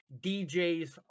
DJs